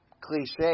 cliche